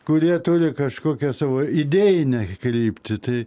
kurie turi kažkokią savo idėjinę kryptį tai